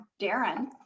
Darren